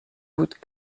gouttes